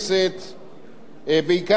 בעיקר אלה מקדימה,